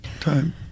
time